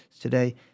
today